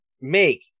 make